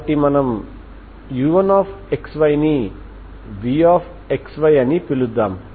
కాబట్టి మనం u1xy ని vxy అని పిలుద్దాం